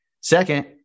Second